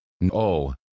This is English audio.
No